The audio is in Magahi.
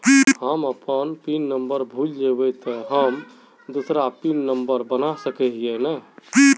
हम अपन पिन नंबर भूल जयबे ते हम दूसरा पिन नंबर बना सके है नय?